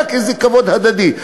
היה כזה כבוד הדדי.